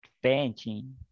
Painting